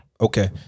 Okay